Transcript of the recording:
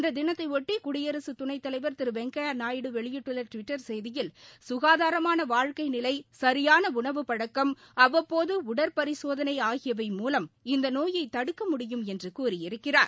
இந்த தினத்தையொட்டி குடியரசு துணைத்தலைவர் திரு வெங்கையா நாயுடு வெளியிட்டுள்ள டுவிட்டர் செய்தியில் சுகாதாரமான வாழ்க்கை நிலை சரியான உணவுப் பழக்கம் அவ்வப்போது உடற்பரிசோதனை ஆகியவை மூலம் இந்த நோயை தடுக்க முடியும் என்று கூறியிருக்கிறார்